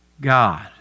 God